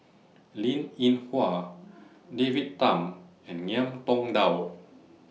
Linn in Hua David Tham and Ngiam Tong Dow